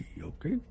Okay